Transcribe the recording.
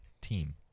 team